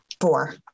four